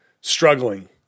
struggling